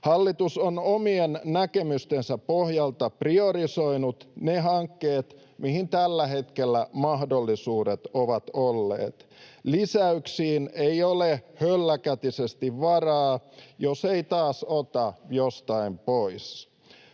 Hallitus on omien näkemystensä pohjalta priorisoinut ne hankkeet, mihin tällä hetkellä mahdollisuudet ovat olleet. Lisäyksiin ei ole hölläkätisesti varaa, jos ei taas ota jostain pois.